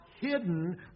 hidden